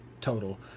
total